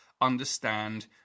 understand